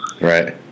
Right